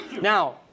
Now